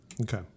Okay